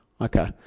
okay